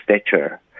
stature